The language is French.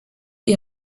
est